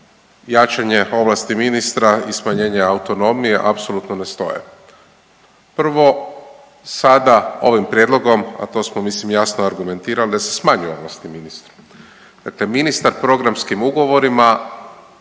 jačanje ovlasti ministra i smanjenje autonomije apsolutno ne stoje. Prvo, sada ovim prijedlogom, a to smo mislim jasno argumentirali da se smanje ovlasti ministru. Dakle, ministar programskim ugovorima